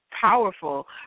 powerful